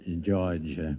George